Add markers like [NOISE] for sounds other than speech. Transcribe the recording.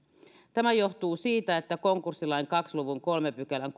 tämä johtuu siitä että konkurssilain kahden luvun kolmannen pykälän [UNINTELLIGIBLE]